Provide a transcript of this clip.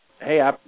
Hey